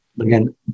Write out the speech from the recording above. again